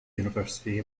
university